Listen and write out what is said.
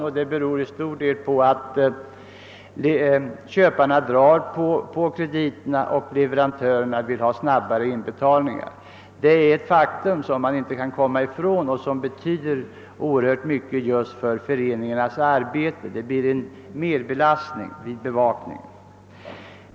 I stort sett beror detta på att köparna drar på krediterna och på att leverantörerna vill ha snabbare inbetalningar. Det är ett faktum som man inte kan komma ifrån och som betyder oerhört mycket för föreningarnas arbete. Det uppstår på detta sätt en merbelastning vid bevakningen.